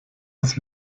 das